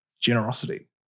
generosity